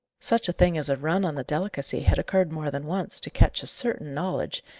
such a thing as a run on the delicacy had occurred more than once, to ketch's certain knowledge,